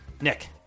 Nick